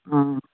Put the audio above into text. ꯑꯪ